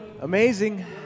Amazing